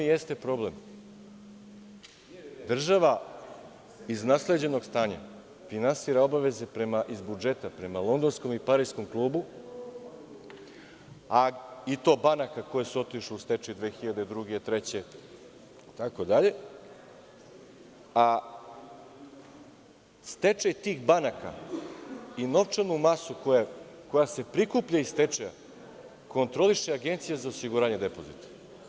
U tome i jeste problem, država iz nasleđenog stanja finansira obaveze iz budžeta prema Londonskom i Pariskom klubu, i to banaka koje su otišle u stečaj 2002, 2003. itd, a stečaj tih banaka i novčanu masu koja se prikuplja iz stečaja kontroliše Agencija za osiguranje depozita.